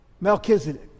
Melchizedek